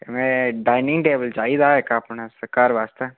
में dining table चाहिदा अपने घर बास्तै